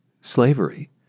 slavery